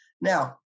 Now